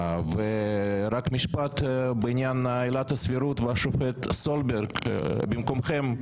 ורק משפט בעניין עילת הסבירות והשופט סולברג במקומכם,